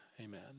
amen